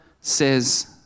says